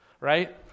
right